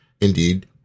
indeed